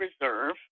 Reserve